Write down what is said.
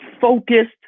focused